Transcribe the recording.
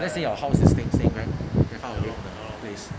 let's say your house is same same then how to leave the place